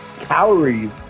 Calories